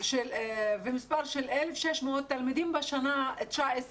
ומספר של 1,600 תלמידים בשנים 2019